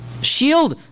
shield